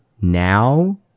now